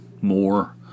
more